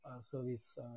service